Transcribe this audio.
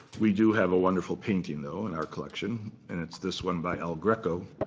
we do have a wonderful painting, though, in our collection. and it's this one by el greco,